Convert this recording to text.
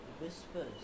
whispers